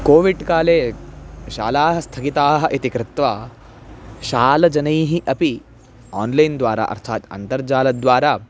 कोविड्काले शालाः स्थगिताः इति कृत्वा शालाजनैः अपि आन्लैन्द्वारा अर्थात् अन्तर्जालद्वारा